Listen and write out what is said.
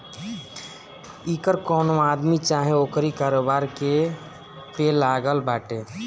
इ कर कवनो आदमी चाहे ओकरी कारोबार पे लागत बाटे